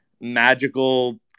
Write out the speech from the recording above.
magical